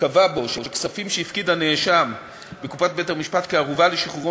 שכספים שהפקיד הנאשם בקופת בית-המשפט כערובה לשחרורו